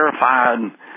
terrified